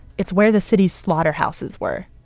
it's where the city's slaughterhouses were,